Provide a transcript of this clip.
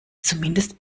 zumindest